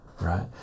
right